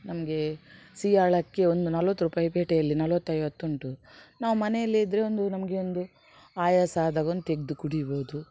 ನಮಗೆ ಸೀಯಾಳಕ್ಕೆ ಒಂದು ನಲ್ವತ್ತು ರೂಪಾಯಿ ಪೇಟೆಯಲ್ಲಿ ನಲ್ವತ್ತು ಐವತ್ತು ಉಂಟು ನಾವು ಮನೆಯಲ್ಲಿ ಇದ್ರೆ ಒಂದು ನಮಗೆ ಒಂದು ಆಯಾಸ ಆದಾಗ ಒಂದು ತೆಗೆದು ಕುಡಿಬೋದು